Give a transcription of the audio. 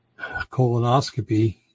colonoscopy